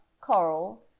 coral